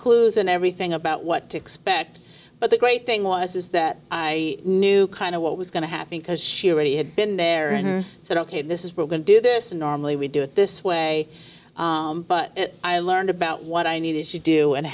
clues and everything about what to expect but the great thing was is that i knew kind of what was going to happen because she already had been there and said ok this is we're going to do this and normally we do it this way but i learned about what i needed to do and